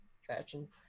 fashion